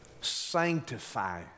sanctify